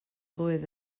blwydd